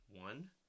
One